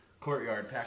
Courtyard